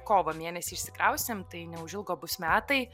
kovo mėnesį išsikraustėm tai neužilgo bus metai